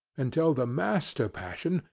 until the master-passion,